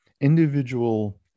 individual